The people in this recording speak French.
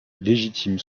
légitime